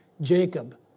Jacob